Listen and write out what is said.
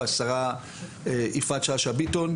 והשרה יפעת שאשא ביטון,